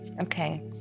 Okay